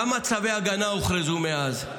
כמה צווי הגנה הוכרזו מאז?